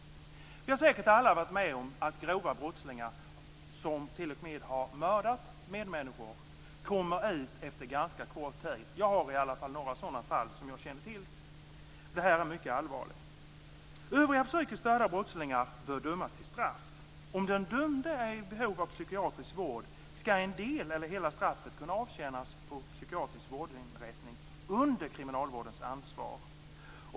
Vi har säkert alla varit med om att grova brottslingar, som t.o.m. har mördat medmänniskor, kommer ut efter en ganska kort tid. Jag känner i alla fall till några sådana fall. Det här är mycket allvarligt. Övriga psykiskt störda brottslingar bör dömas till straff. Om den dömde är i behov av psykiatrisk vård skall en del eller hela straffet kunna avtjänas på psykiatrisk vårdinrättning under kriminalvårdens ansvar.